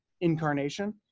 incarnation